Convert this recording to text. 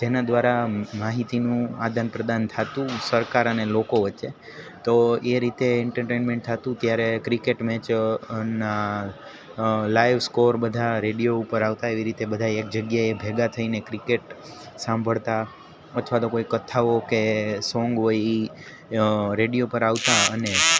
જેના દ્વારા માહિતીનું આદાનપ્રદાન થતું સરકાર અને લોકો વચ્ચે તો એ રીતે એન્ટરટેનમેન્ટ થતું ત્યારે ક્રિકેટ મેચના લાઈવ સ્કોર બધા રેડિયો ઉપર આવતા એવી રીતે બધાય એક જગ્યાએ ભેગા થઈને ક્રિકેટ સાંભળતા અથવા તો કોઈ કથાઓ કે સોંગ હોય એ રેડિયો પર આવતા અને